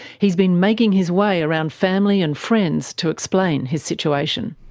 he's been making his way around family and friends to explain his situation.